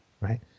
right